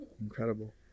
Incredible